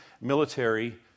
military